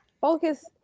focus